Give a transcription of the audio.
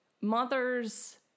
mother's